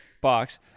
Box